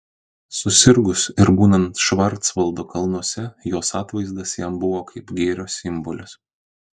susirgus ir būnant švarcvaldo kalnuose jos atvaizdas jam buvo kaip gėrio simbolis